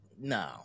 no